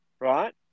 Right